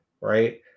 right